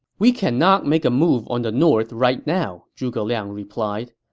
we cannot make a move on the north right now, zhuge liang replied.